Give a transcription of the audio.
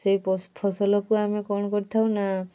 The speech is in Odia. ସେହି ଫସଲକୁ ଆମେ କ'ଣ କରିଥାଉ ନା